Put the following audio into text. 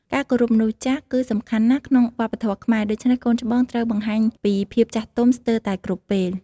ការគោរពមនុស្សចាស់គឺសំខាន់ណាស់ក្នុងវប្បធម៌ខ្មែរ ដូច្នេះកូនច្បងត្រូវបង្ហាញពីភាពចាស់ទុំស្ទើតែគ្រប់ពេល។